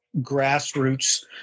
grassroots